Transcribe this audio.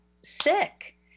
sick